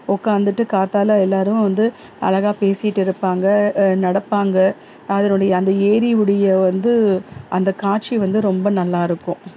உட்காந்துட்டு காத்தால எல்லோரும் வந்து அழகா பேசிட்டு இருப்பாங்க நடப்பாங்க அதனுடைய அந்த ஏரி உடைய வந்து அந்த காட்சி வந்து ரொம்ப நல்லாயிருக்கும்